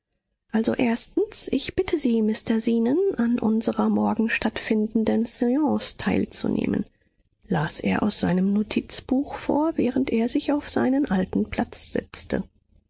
also erstens ich bitte sie mr zenon an unserer morgen stattfindenden seance teilzunehmen las er aus seinem notizbuch vor während er sich auf seinen alten platz setzte